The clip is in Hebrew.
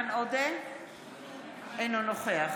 אינו נוכח